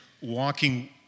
walking